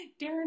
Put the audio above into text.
Darren